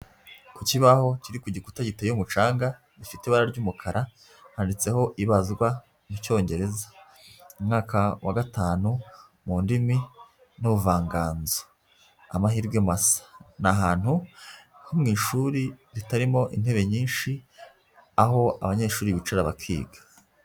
Ku kibaho, kiri ku gikuta giteye umucanga, gifite ibara ry'umukara. Handitseho ibazwa, mu cyongereza. Umwaka wa gatanu, mu ndimi, n'ubuvanganzo. Amahirwe masa. Ni ahantu ho mu ishuri ritarimo intebe nyinshi, aho abanyeshuri bicara bakiga.